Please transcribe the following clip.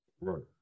Right